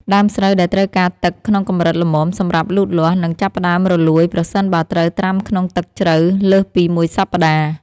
ដើមស្រូវដែលត្រូវការទឹកក្នុងកម្រិតល្មមសម្រាប់លូតលាស់ នឹងចាប់ផ្តើមរលួយប្រសិនបើត្រូវត្រាំក្នុងទឹកជ្រៅលើសពីមួយសប្តាហ៍។